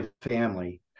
family